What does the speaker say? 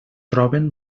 troben